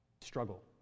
struggle